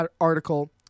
article